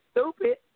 stupid